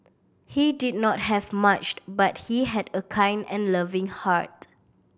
he did not have much but he had a kind and loving heart